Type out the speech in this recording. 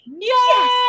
Yes